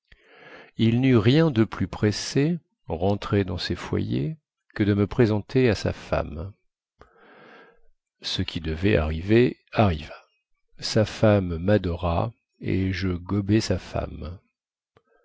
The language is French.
il neut rien de plus pressé rentré dans ses foyers que de me présenter à sa femme ce qui devait arriver arriva sa femme madora et je gobai sa femme